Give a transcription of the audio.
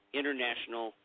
international